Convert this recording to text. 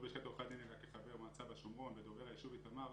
כחבר מועצה בשומרון ודובר היישוב איתמר.